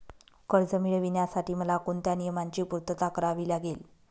कर्ज मिळविण्यासाठी मला कोणत्या नियमांची पूर्तता करावी लागेल?